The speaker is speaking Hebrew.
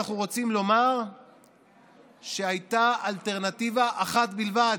אנחנו רוצים לומר שהייתה אלטרנטיבה אחת בלבד.